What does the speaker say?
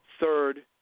third